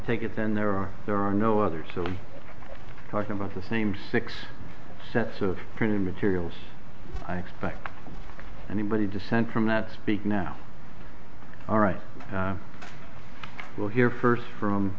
take it then there are there are no others talking about the same six sets of printed materials i expect anybody dissent from that speak now all right we'll hear first from